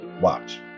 Watch